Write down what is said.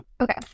okay